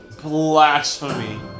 Blasphemy